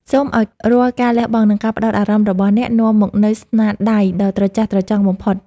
សូមឱ្យរាល់ការលះបង់ និង ការផ្ដោតអារម្មណ៍របស់អ្នកនាំមកនូវស្នាដៃដ៏ត្រចះត្រចង់បំផុត។